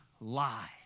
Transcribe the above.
lie